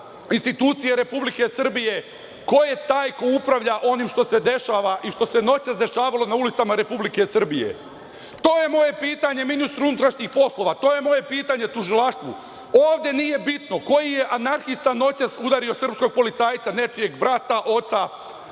institucije Republike Srbije, ko je taj ko upravlja onim što se dešava i što se noćas dešavalo na ulicama Republike Srbije. To je moje pitanje ministru unutrašnjih poslova, to je moje pitanje Tužilaštvu. Ovde nije bitno koji je anarhista noćas udario srpskog policajca, nečijeg brata, oca,